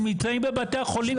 הם נמצאים בבתי החולים,